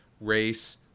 race